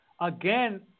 again